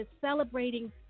celebrating